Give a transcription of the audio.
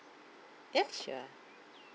ya sure